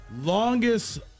Longest